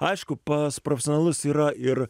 aišku pas profesionalus yra ir